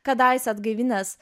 kadaise atgaivinęs